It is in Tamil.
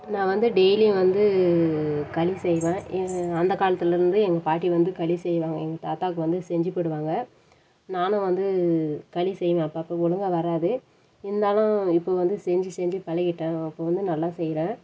நான் வந்து டெய்லி வந்து களி செய்வேன் ஏ அந்த காலத்துலருந்தே எங்கள் பாட்டி வந்து களி செய்வாங்க எங்கள் தாத்தாவுக்கு வந்து செஞ்சு போடுவாங்க நானும் வந்து களி செய்வேன் அப்பப்போ ஒழுங்காக வராது இருந்தாலும் இப்போ வந்து செஞ்சு செஞ்சு பழகிவிட்டேன் இப்போது வந்து நல்லா செய்கிறேன்